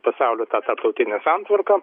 pasaulio tą tarptautinę santvarką